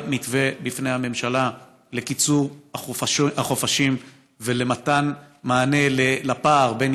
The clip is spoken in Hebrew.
מתווה בפני הממשלה לקיצור החופשים ולמתן מענה לפער בין